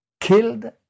killed